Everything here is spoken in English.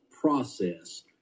process